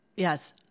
Yes